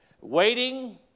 Waiting